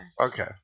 Okay